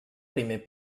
primer